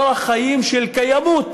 אורח חיים של קיימות.